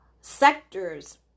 sectors